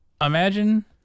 imagine